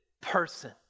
person